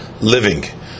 living